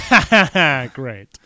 Great